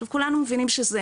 עכשיו כולנו מבינים שזה